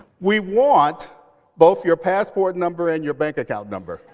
we want both your passport number and your bank account number